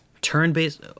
Turn-based